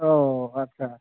ओ अच्छा